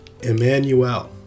Emmanuel